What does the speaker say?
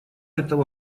этого